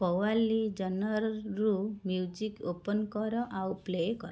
କୱାଲି ଜନର୍ରୁ music open କର ଆଉ ପ୍ଲେ' କର